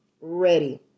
ready